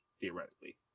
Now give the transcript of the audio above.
theoretically